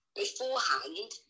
beforehand